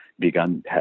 begun